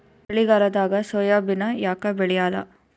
ಚಳಿಗಾಲದಾಗ ಸೋಯಾಬಿನ ಯಾಕ ಬೆಳ್ಯಾಲ?